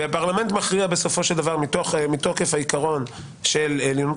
פרלמנט בסופו של דבר מכריע מתוקף העיקרון של עליונות